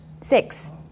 Six